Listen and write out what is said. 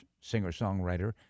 singer-songwriter